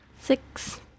Six